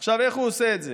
עכשיו, איך הוא עושה את זה?